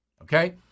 Okay